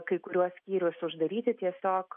kai kuriuos skyrius uždaryti tiesiog